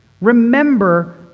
remember